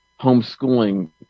homeschooling